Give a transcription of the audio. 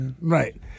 Right